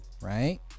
right